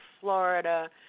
Florida